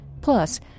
Plus